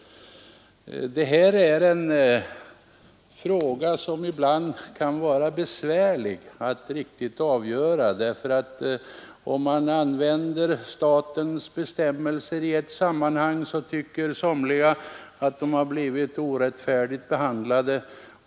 Det här är en fråga som ibland kan vara besvärlig att riktigt avgöra. Om man använder de statliga bestämmelserna i ett sammanhang, så tycker somliga att de blivit orättfärdigt behandlade.